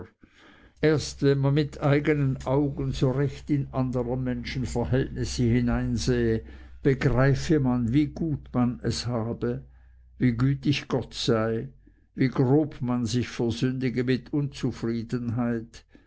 erst wenn man mit eigenen augen so recht in andrer menschen verhältnisse hineinsehe begreife man wie gut man es habe wie gütig gott sei wie grob man sich versündige mit unzufriedenheit